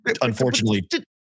unfortunately